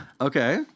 Okay